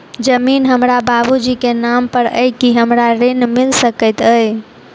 जमीन हमरा बाबूजी केँ नाम पर अई की हमरा ऋण मिल सकैत अई?